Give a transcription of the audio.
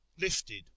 lifted